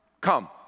Come